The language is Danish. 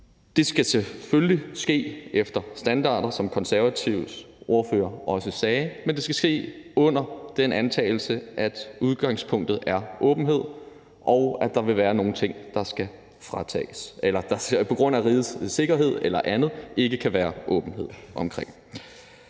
Det skal selvfølgelig ske efter nogle standarder, som Konservatives ordfører også sagde, men det skal ske ud fra den antagelse, at udgangspunktet er åbenhed, og at der så vil være nogle ting, som der på grund af rigets sikkerhed eller andet ikke kan være åbenhed omkring.